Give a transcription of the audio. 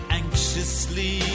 anxiously